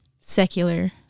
secular